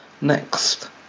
next